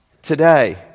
Today